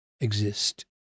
exist